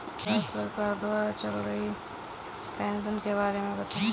राज्य सरकार द्वारा चल रही पेंशन योजना के बारे में बताएँ?